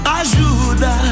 ajuda